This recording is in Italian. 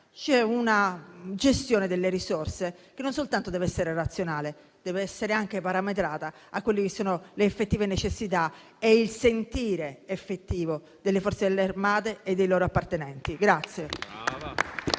La gestione delle risorse non soltanto deve essere razionale, ma deve essere anche parametrata alle effettive necessità e al sentire effettivo delle Forze armate e dei loro appartenenti.